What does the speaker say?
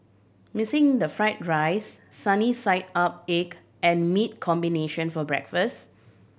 missing the fried rice sunny side up egg and meat combination for breakfast